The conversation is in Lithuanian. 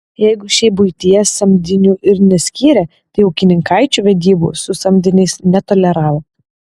jeigu šiaip buityje samdinių ir neskyrę tai ūkininkaičių vedybų su samdiniais netoleravo